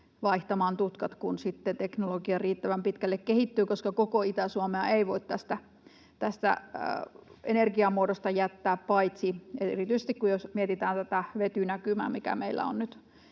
vaihtaa tutkat, kun teknologia riittävän pitkälle kehittyy, koska koko Itä-Suomea ei voi tästä energiamuodosta jättää paitsi, erityisesti, jos mietitään tätä vetynäkymää, mikä meillä on nyt